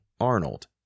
Arnold